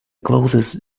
clothes